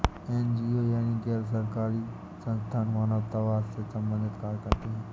NGO यानी गैर सरकारी संस्थान मानवतावाद से संबंधित कार्य करते हैं